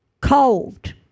cold